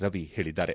ರವಿ ಹೇಳಿದ್ದಾರೆ